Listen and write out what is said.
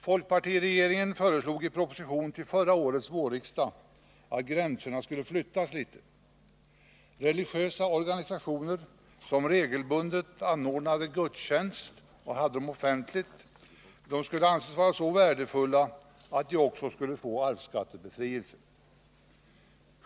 Folkpartiregeringen föreslog i proposition till förra årets vårriksdag att gränserna skulle flyttas litet. Religiösa organisationer som regelbundet anordnar offentliga gudstjänster skulle anses vara så värdefulla att de skulle få arvsskattebefrielse.